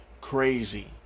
crazy